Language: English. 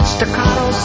Staccato